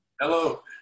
Hello